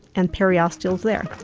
and periosteals there'.